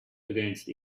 against